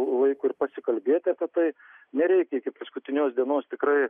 laiko ir pasikalbėti apie tai nereikia iki paskutinės dienos tikrai